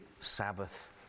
Sabbath